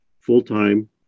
full-time